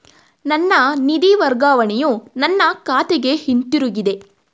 ನನ್ನ ನಿಧಿ ವರ್ಗಾವಣೆಯು ನನ್ನ ಖಾತೆಗೆ ಹಿಂತಿರುಗಿದೆ